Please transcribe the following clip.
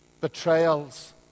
betrayals